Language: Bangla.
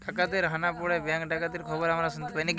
ডাকাতের হানা পড়ে ব্যাঙ্ক ডাকাতির খবর আমরা শুনতে পাই